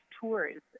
tours